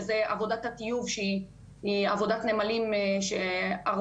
שזה עבודת הטיוב שהיא עבודת נמלים שהרבה